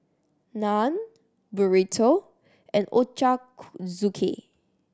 Naan Burrito and Ochazuke